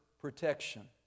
protection